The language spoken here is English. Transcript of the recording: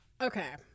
Okay